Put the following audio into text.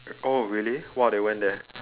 oh really !wah! they went there